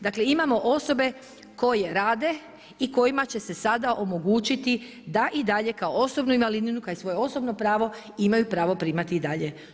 Dakle, imao osobe koje rade i kojima će se sada omogućiti, da i dalje, kao osobnu invalidninu, kao i svoje osobno pravo imaju pravo primati i dalje.